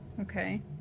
okay